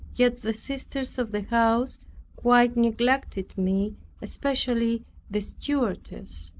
yet the sisters of the house quite neglected me especially the stewardess.